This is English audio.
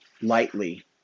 lightly